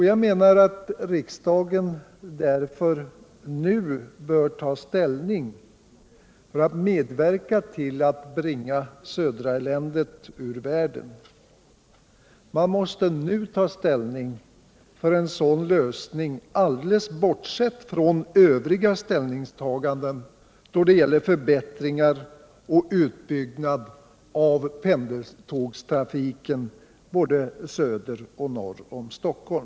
Jag menar att riksdagen nu bör ta ställning för att medverka till att bringa ”Södra-eländet” ur världen. Man måste nu ta ställning för en sådan lösning, alldeles bortsett från övriga ställningstaganden då det gäller förbättringar och utbyggnad av pendeltågstrafiken både söder och norr om Stockholm.